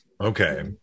Okay